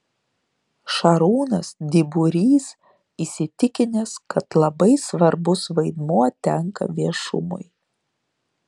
šarūnas dyburys įsitikinęs kad labai svarbus vaidmuo tenka viešumui